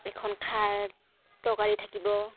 এইখন খাৰ তৰকাৰী থাকিব